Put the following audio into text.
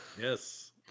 Yes